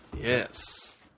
Yes